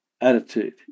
Attitude